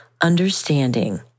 Understanding